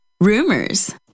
rumors